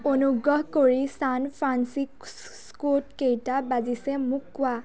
অনুগ্ৰহ কৰি ছান ফ্ৰান্সিস্কোত কেইটা বাজিছে মোক কোৱা